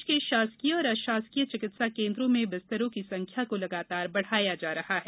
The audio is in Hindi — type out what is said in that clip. प्रदेश के शासकीय और अशासकीय चिकित्सा केन्द्रों में बिस्तरों की संख्या को लगातार बढ़ाया जा रहा है